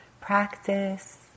practice